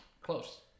Close